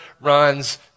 runs